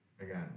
again